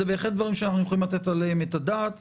זה דבר שאנחנו יכולים לתת עליו את הדעת.